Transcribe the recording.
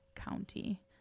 county